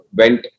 went